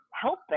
helping